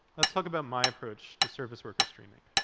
let's talk about my approach to service worker streaming.